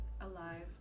alive